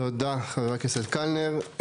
תודה חבר הכנסת קלנר.